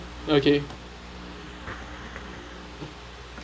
okay